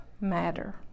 matter